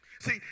See